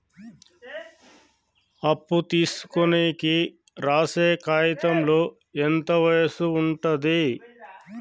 అప్పు తీసుకోనికి రాసే కాయితంలో ఎంత వయసు ఉంటది?